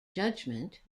judgment